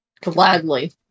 Gladly